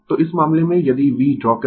तो इस मामले में यदि V ड्रा करें